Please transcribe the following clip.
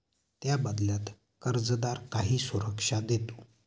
त्या बदल्यात कर्जदार काही सुरक्षा देतो